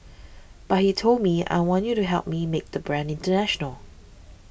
but he told me I want you to help me make the brand international